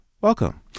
Welcome